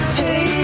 hey